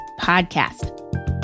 podcast